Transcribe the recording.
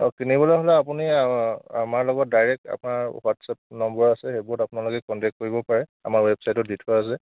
অ কিনিবলৈ হ'লে আপুনি আমাৰ লগত ডাইৰেক্ট আপোনাৰ হোৱাটচ এপ নম্বৰ আছে সেইবোৰত আপোনালোকে কণ্টেক্ট কৰিব পাৰে আমাৰ ৱেবচাইদত দি থোৱা আছে